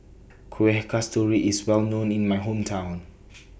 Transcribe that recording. Kuih Kasturi IS Well known in My Hometown